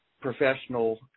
professional